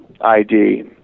ID